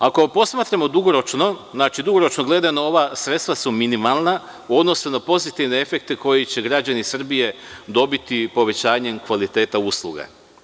Ako posmatramo dugoročno, znači dugoročno gledano, ova sredstva su minimalna u odnosu na pozitivne efekte koje će građani Srbije dobiti povećanjem kvaliteta usluga.